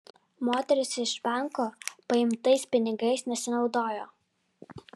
moteris iš banko paimtais pinigais nesinaudojo